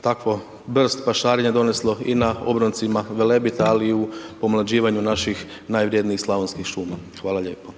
takvo brst pašarenja doneslo i na obroncima Velebita, ali i u pomlađivanju naših najvrjednijih slavonskih šuma. Hvala lijepo.